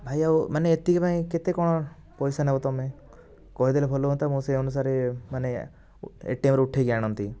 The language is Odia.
ଭାଇ ଆଉ ମାନେ ଏତିକି ପାଇଁ କେତେ କ'ଣ ପଇସା ନବ ତୁମେ କହିଦେଲେ ଭଲ ହୁଅନ୍ତା ମୁଁ ସେଇ ଅନୁସାରେ ମାନେ ଏଟିଏମ୍ରୁ ଉଠେଇକି ଆଣନ୍ତି